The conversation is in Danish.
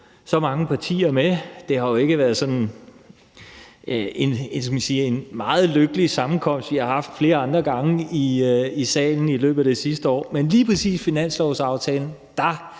så mange partier med. Det har jo ikke været altid været lykkelige sammenkomster, vi har haft i salen i løbet af det sidste år, men lige præcis med finanslovsaftalen